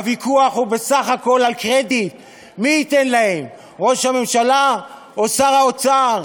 הוויכוח הוא בסך הכול על קרדיט מי ייתן להם: ראש הממשלה או שר האוצר?